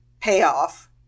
payoff